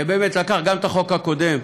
שבאמת לקח, גם את חוק הקודם,